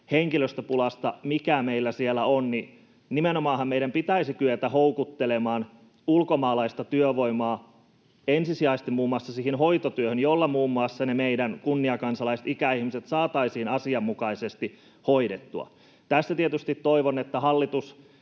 henkilöstöpulasta, mikä meillä siellä on — nimenomaanhan meidän pitäisi kyetä houkuttelemaan ulkomaalaista työvoimaa ensisijaisesti muun muassa siihen hoitotyöhön, jolla muun muassa ne meidän kunniakansalaiset, ikäihmiset, saataisiin asianmukaisesti hoidettua. Tässä tietysti toivon, että hallitus